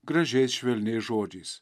gražiais švelniais žodžiais